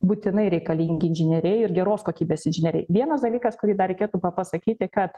būtinai reikalingi inžinieriai ir geros kokybės inžinieriai vienas dalykas kurį dar reikėtų pasakyti kad